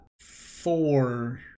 four